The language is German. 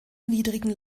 niedrigen